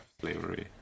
slavery